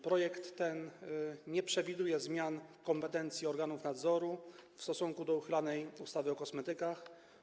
Projekt ten nie przewiduje zmian kompetencji organów nadzoru w stosunku do uchylanej ustawy o kosmetykach.